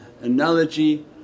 analogy